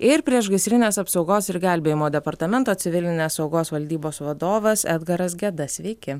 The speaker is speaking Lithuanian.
ir priešgaisrinės apsaugos ir gelbėjimo departamento civilinės saugos valdybos vadovas edgaras geda sveiki